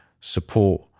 support